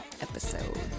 episode